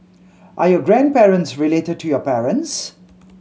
are your grandparents related to your parents